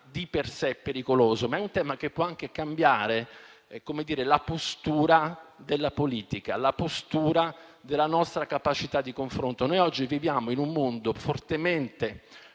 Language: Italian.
di per sé pericoloso, ma è un tema che può anche cambiare la postura della politica, la postura della nostra capacità di confronto. Noi oggi viviamo in un mondo fortemente